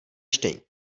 čtení